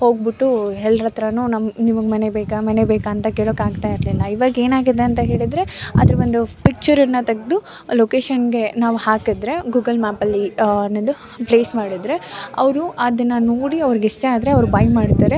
ಹೋಗ್ಬಿಟ್ಟು ಎಲ್ರ ಹತ್ರನೂ ನಮ್ಮ ನಿಮಗೆ ಮನೆ ಬೇಕಾ ಮನೆ ಬೇಕಾ ಅಂತ ಕೇಳೋಕ್ಕೆ ಆಗ್ತಾಯಿರಲಿಲ್ಲ ಈವಾಗ ಏನಾಗಿದೆ ಅಂತ ಹೇಳಿದರೆ ಅದ್ರ ಒಂದು ಪಿಕ್ಚರನ್ನು ತೆಗೆದು ಲೊಕೇಶನ್ಗೆ ನಾವು ಹಾಕಿದರೆ ಗೂಗಲ್ ಮ್ಯಾಪಲ್ಲಿ ಅನ್ನೋದು ಪ್ಲೇಸ್ ಮಾಡಿದರೆ ಅವರು ಅದನ್ನು ನೋಡಿ ಅವ್ರ್ಗೆ ಇಷ್ಟ ಆದರೆ ಅವ್ರು ಬೈ ಮಾಡ್ತಾರೆ